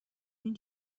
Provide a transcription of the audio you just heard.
این